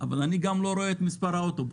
אבל אני לא רואה את מספר האוטובוס.